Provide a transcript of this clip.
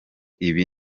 ibi